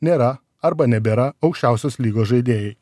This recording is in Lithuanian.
nėra arba nebėra aukščiausios lygos žaidėjai